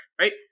right